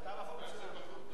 בחור טוב